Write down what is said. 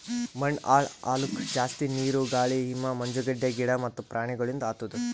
ಮಣ್ಣ ಹಾಳ್ ಆಲುಕ್ ಜಾಸ್ತಿ ನೀರು, ಗಾಳಿ, ಹಿಮ, ಮಂಜುಗಡ್ಡೆ, ಗಿಡ ಮತ್ತ ಪ್ರಾಣಿಗೊಳಿಂದ್ ಆತುದ್